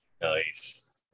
Nice